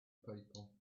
people